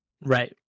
right